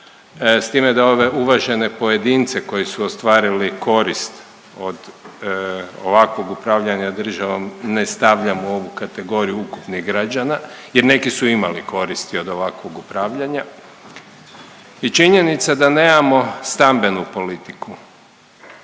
s time da ove uvažene pojedince koji su ostvarili korist od ovakvog upravljanja državom ne stavljam u ovu kategoriju ukupnih građana, jer neki su imali koristi od ovakvog upravljana je činjenica da nemamo stambenu politiku.